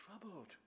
troubled